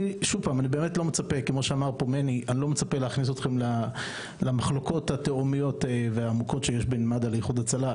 אני לא מצפה להכניס אתכם למחלוקות העמוקות שיש בין מד"א לאיחוד הצלה,